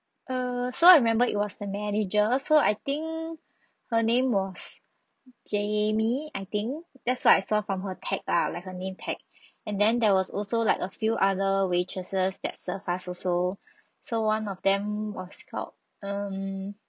err so I remember it was the manager so I think her name was jamie I think that's what I saw from her tag lah like her name tag and then there was also like a few other waitresses that served us also so one of them was called um